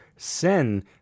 sin